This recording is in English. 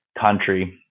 country